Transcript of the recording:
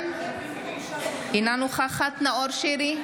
אינה נוכחת נאור שירי,